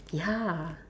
ya